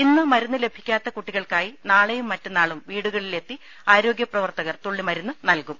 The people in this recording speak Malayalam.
ഇന്ന് മരുന്ന് ലഭിക്കാത്ത കുട്ടി കൾക്കായി നാളെയും മറ്റന്നാളും വീടുകളിലെത്തി ആരോഗൃ പ്രവർത്തകർ തുള്ളിമ രുന്ന് നൽകും